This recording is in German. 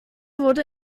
wurde